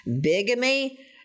Bigamy